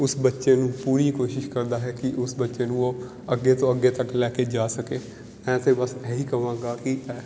ਉਸ ਬੱਚੇ ਨੂੰ ਪੂਰੀ ਕੋਸ਼ਿਸ਼ ਕਰਦਾ ਹੈ ਕਿ ਉਸ ਬੱਚੇ ਨੂੰ ਉਹ ਅੱਗੇ ਤੋਂ ਅੱਗੇ ਤੱਕ ਲੈ ਕੇ ਜਾ ਸਕੇ ਮੈਂ ਤਾਂ ਬਸ ਇਹੀ ਕਹਾਂਗਾ ਕਿ ਇਹ